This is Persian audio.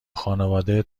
خانواده